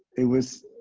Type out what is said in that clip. it was